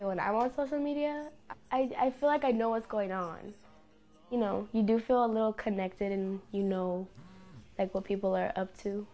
and when i was listening media i feel like i know what's going on you know you do feel a little connected in you know what people are up to